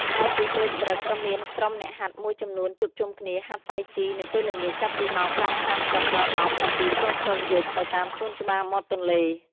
ក្រៅពីពេលព្រឹក ក៏មានក្រុមអ្នកហាត់មួយចំនួនជួបជុំគ្នាហាត់តៃជីនៅពេលល្ងាច ចាប់ពីម៉ោង ៥:៣០ ដល់ម៉ោង ៧:០០ យប់ នៅតាមសួនច្បារមាត់ទន្លេ។